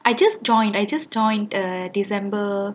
I just joined I just joined err december